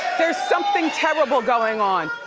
there's something terrible going on.